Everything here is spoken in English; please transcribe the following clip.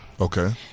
Okay